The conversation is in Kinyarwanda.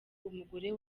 umugore